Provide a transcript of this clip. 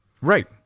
Right